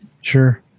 Sure